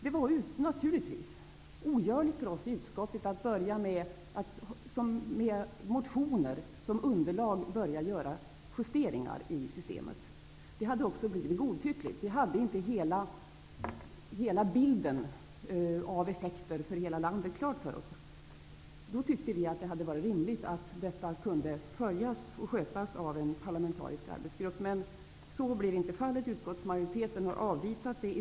Det var naturligtvis ogörligt för oss i utskottet att med de motioner som vi hade som underlag börja göra justeringar i systemet. Det hade blivit godtyckligt. Vi hade inte bilden av effekterna för hela landet klar för oss. Därför tyckte vi att det hade varit rimligt att detta kunde följas upp och skötas av en parlamentarisk arbetsgrupp, men så blev inte fallet. Utskottsmajoriteten avvisade vårt förslag.